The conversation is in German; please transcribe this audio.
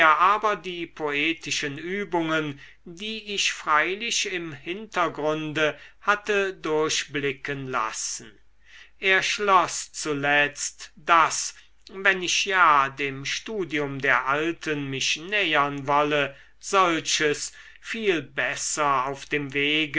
aber die poetischen übungen die ich freilich im hintergrunde hatte durchblicken lassen er schloß zuletzt daß wenn ich ja dem studium der alten mich nähern wolle solches viel besser auf dem wege